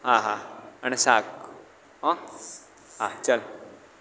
હા હા અને શાક હં હા ચાલ